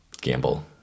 gamble